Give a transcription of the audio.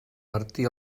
martí